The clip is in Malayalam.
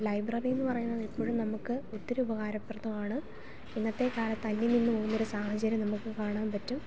ലൈബ്രറീന്ന് പറയുന്നത് എപ്പോഴും നമുക്ക് ഒത്തിരി ഉപകാരപ്രദമാണ് ഇന്നത്തെ കാലത്ത് അന്യം നിന്നു പോകുന്നൊരു സാഹചര്യം നമുക്ക് കാണാൻ പറ്റും